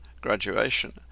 graduation